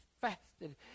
fasted